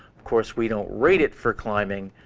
of course, we don't rate it for climbing,